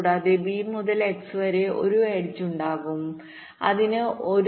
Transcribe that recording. കൂടാതെ b മുതൽ x വരെ ഒരു എഡ്ജ് ഉണ്ടാകും അതിന് 1